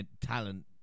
talent